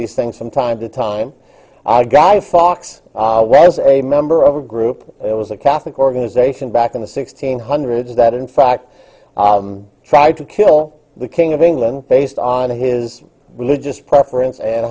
these things from time to time our guy fawkes was a member of a group it was a catholic organization back in the sixteen hundreds that in fact tried to kill the king of england based on his religious preference and